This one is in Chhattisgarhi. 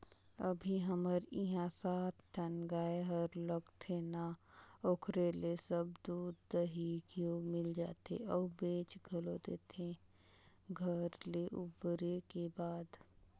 अभी हमर इहां सात ठन गाय हर लगथे ना ओखरे ले सब दूद, दही, घींव मिल जाथे अउ बेंच घलोक देथे घर ले उबरे के बाद